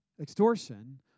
extortion